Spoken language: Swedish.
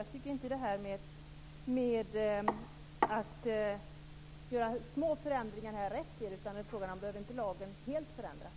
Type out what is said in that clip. Jag tycker inte att små förändringar räcker. Behöver inte lagen helt förändras?